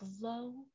glow